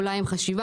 אולי עם חשיבה,